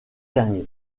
dernier